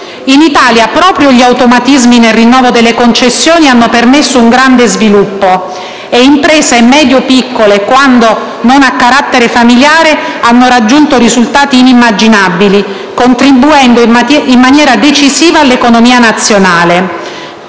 In Italia proprio gli automatismi nel rinnovo delle concessioni hanno permesso un grande sviluppo e imprese medio-piccole, quando non a carattere familiare, hanno raggiunto risultati inimmaginabili, contribuendo in maniera decisiva all'economia nazionale.